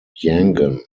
yangon